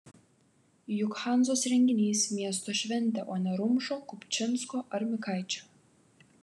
juk hanzos renginys miesto šventė o ne rumšo kupčinsko ar mikaičio